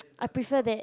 I prefer that